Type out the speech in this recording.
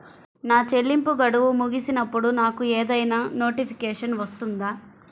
నా చెల్లింపు గడువు ముగిసినప్పుడు నాకు ఏదైనా నోటిఫికేషన్ వస్తుందా?